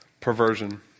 perversion